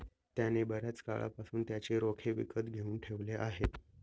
त्याने बर्याच काळापासून त्याचे रोखे विकत घेऊन ठेवले आहेत